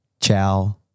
ciao